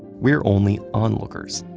we're only onlookers.